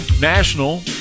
National